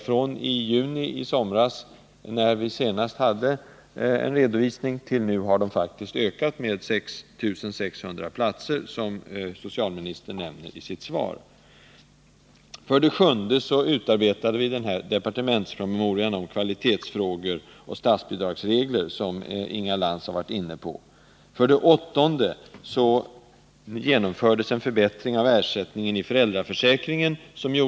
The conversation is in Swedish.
Från den senaste redovisningen i juni och fram till nu har planeringen faktiskt ökat med 6 600 platser, vilket socialministern också nämner i sitt svar. För det sjunde utarbetade vi den departementspromemoria om kvalitetsfrågor och statsbidragsregler som Inga Lantz var inne på. För det åttonde genomfördes en förbättring av ersättningen enligt föräldraförsäkringen.